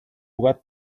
what